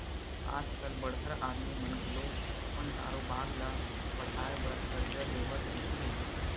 आज कल बड़हर आदमी मन घलो अपन कारोबार ल बड़हाय बर करजा लेवत रहिथे